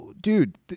Dude